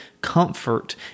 comfort